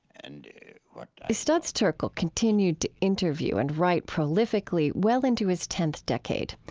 and what i, studs terkel continued to interview and write prolifically well into his tenth decade.